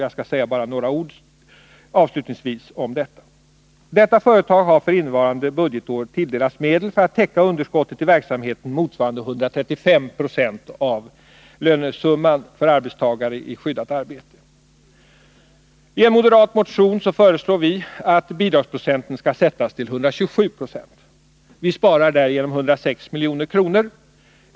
Jag skall avslutningsvis säga bara några ord om det. Detta företag har för innevarande budgetår tilldelats medel för att täcka underskottet i verksamheten motsvarande 135 26 av lönesumman för arbetstagare i skyddat arbete. I en moderat motion föreslår vi att bidragsprocenten skall sättas till 127 Jo. Vi sparar därigenom 106 milj.kr.